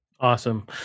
Awesome